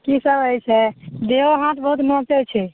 कि सब होइ छै देहो हाथ बहुत नोचै छै